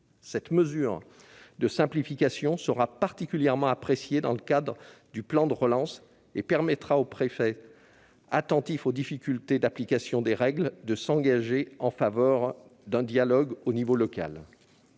Cette mesure de simplification sera particulièrement appréciée dans le cadre du plan de relance et permettra aux préfets, attentifs aux difficultés d'application des règles, de s'engager en faveur d'un dialogue à l'échelon local.